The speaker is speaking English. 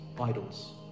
idols